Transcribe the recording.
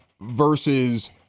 versus